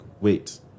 wait